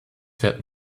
werden